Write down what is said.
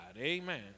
amen